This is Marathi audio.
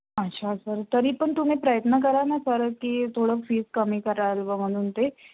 अच्छा सर तरी पण तुम्ही प्रयत्न करा ना सर की थोडं फीस कमी कराल व म्हणून ते